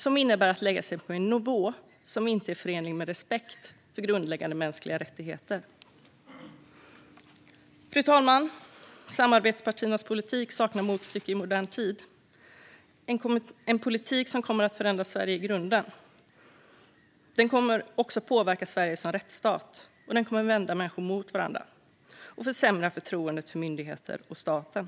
Det innebär att lägga sig på en nivå som inte är förenlig med respekt för grundläggande mänskliga rättigheter. Fru talman! Samarbetspartiernas politik saknar motstycke i modern tid. Det är en politik som kommer att förändra Sverige i grunden. Den kommer att påverka Sverige som rättsstat, vända människor mot varandra och försämra förtroendet för myndigheterna och staten.